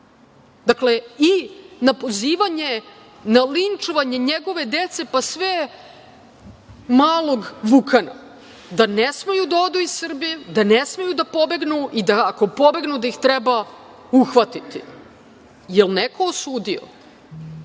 stvari. Dakle, na pozivanje, na linčovanje njegove dece, pa sve malog Vukana, da ne smeju da odu iz Srbije, da ne smeju da pobegnu i da ako pobegnu da ih treba uhvatiti. Da li je neko osudio?